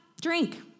drink